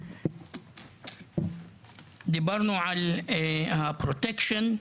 דיברנו על הפרוטקשן,